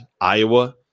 Iowa –